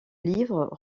livre